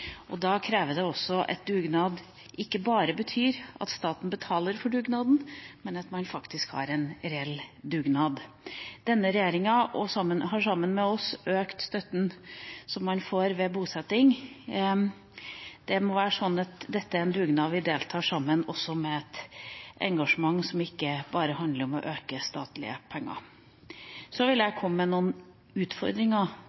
krever også at dugnad ikke bare betyr at staten betaler for dugnaden, men at man faktisk har en reell dugnad. Denne regjeringa har sammen med oss økt støtten som man får ved bosetting. Dette må være en dugnad vi deltar i sammen, med et engasjement som ikke bare handler om å øke statlige penger. Så vil jeg komme med noen utfordringer